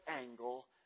angle